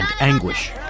anguish